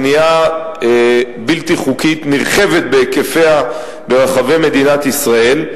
בנייה בלתי חוקית נרחבת בהיקפיה ברחבי מדינת ישראל.